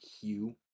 hue